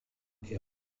est